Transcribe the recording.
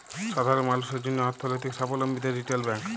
সাধারল মালুসের জ্যনহে অথ্থলৈতিক সাবলম্বী দেয় রিটেল ব্যাংক